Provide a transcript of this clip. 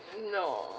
no